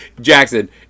Jackson